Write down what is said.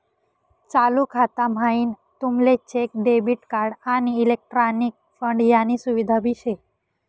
चालू खाता म्हाईन तुमले चेक, डेबिट कार्ड, आणि इलेक्ट्रॉनिक फंड यानी सुविधा भी शे